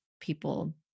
people